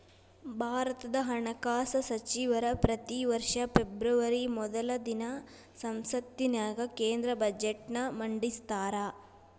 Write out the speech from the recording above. ಭಾರತದ ಹಣಕಾಸ ಸಚಿವರ ಪ್ರತಿ ವರ್ಷ ಫೆಬ್ರವರಿ ಮೊದಲ ದಿನ ಸಂಸತ್ತಿನ್ಯಾಗ ಕೇಂದ್ರ ಬಜೆಟ್ನ ಮಂಡಿಸ್ತಾರ